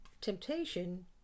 Temptation